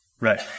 Right